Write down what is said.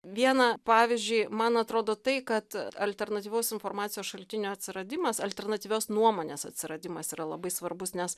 vieną pavyzdžiui man atrodo tai kad alternatyvaus informacijos šaltinio atsiradimas alternatyvios nuomonės atsiradimas yra labai svarbus nes